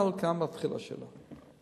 אבל כאן מתחילה השאלה,